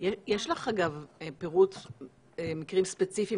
יש לך מקרים ספציפיים?